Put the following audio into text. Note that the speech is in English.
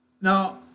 Now